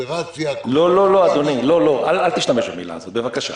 לא, לא, אדוני, אל תשתמש במילה הזאת, בבקשה.